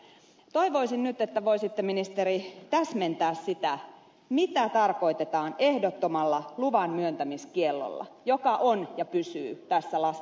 toivoisin nyt että voisitte ministeri täsmentää sitä mitä tarkoitetaan ehdottomalla luvanmyöntämiskiellolla joka on ja pysyy tässä lakiesityksessä